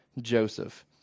Joseph